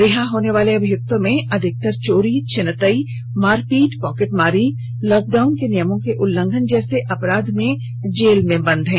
रिहा होने वाले अभियुक्तों में अधिकतर चोरी छिनतई मारपीट पॉकेटमारी लॉक डाउन के नियमों का उल्लंघन जैसे अपराध में जेल में बंद हैं